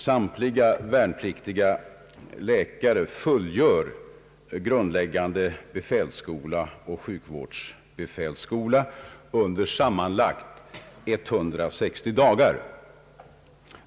Samtliga värnpliktiga läkare fullgör grundläggande befälsskola på sjukvårdsbefälsskola under sammanlagt 160 dagar.